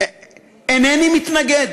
אינני מתנגד,